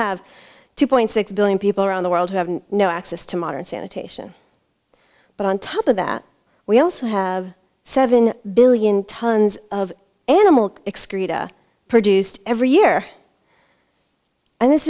have two point six billion people around the world who have no access to modern sanitation but on top of that we also have seven billion tons of animal excreta produced every year and this